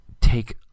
take